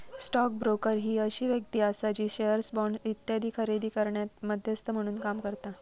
stock broker ही अशी व्यक्ती आसा जी शेअर्स, बॉण्ड्स इत्यादी खरेदी करण्यात मध्यस्थ म्हणून काम करता